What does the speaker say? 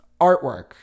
artwork